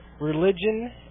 religion